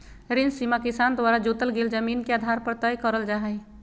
ऋण सीमा किसान द्वारा जोतल गेल जमीन के आधार पर तय करल जा हई